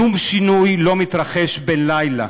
שום שינוי לא מתרחש בן-לילה,